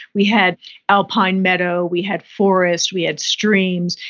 we had alpine meadow, we had forests, we had streams,